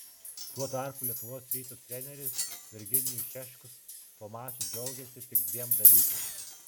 tuo tarpu lietuvos ryto treneris virginijus šeškus po mačo džiaugėsi tik dviem dalykais